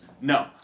No